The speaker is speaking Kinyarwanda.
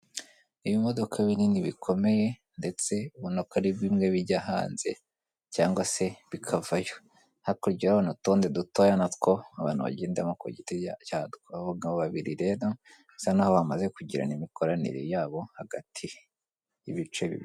Ibimodoka binini bikomeye ndetse ubona ko ari bimwe bijya hanze cyangwa se bikavayo; hakurya urahabona n'utundi dutoya na two abantu bagendamo kugiti cyabo abagabo babiri rero basa n'aho bamaze kugirana imikoranire yabo hagati y'ibice bibiri.